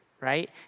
right